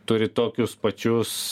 turi tokius pačius